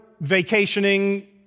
vacationing